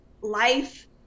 Life